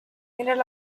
mientras